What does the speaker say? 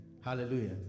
Hallelujah